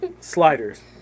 Sliders